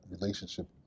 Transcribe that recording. relationship